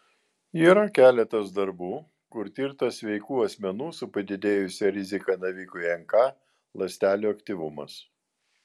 yra keletas darbų kur tirtas sveikų asmenų su padidėjusia rizika navikui nk ląstelių aktyvumas